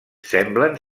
semblen